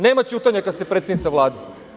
Nema ćutanja kada ste predsednica Vlade.